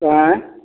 आयँ